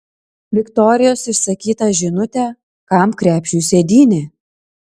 viktorijos išsakytą žinutę kam krepšiui sėdynė